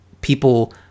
people